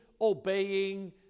obeying